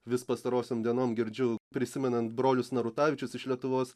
vis pastarosiom dienom girdžiu prisimenant brolius narutavičius iš lietuvos